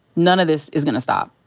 none of this is gonna stop.